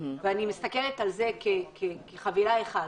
ואני מסתכלת על זה כחבילה אחת.